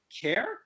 care